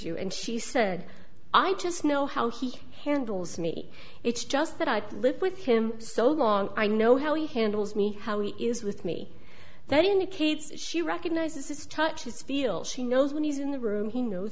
you and she said i just know how he handles me it's just that i live with him so long i know how he handles me how he is with me that indicates she recognizes his touch his feel she knows when he's in the room he knows